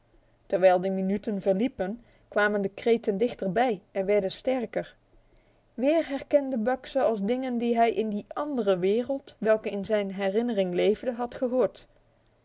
terwijl de minuten verliepen kwamen de kreten dichterbij en werden sterker weer herkende buck ze als dingen die hij in die andere wereld welke in zijn herinnering leefde had gehoord